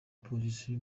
polisi